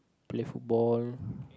play football